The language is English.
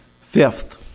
Fifth